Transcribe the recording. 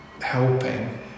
helping